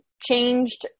changed